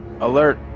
alert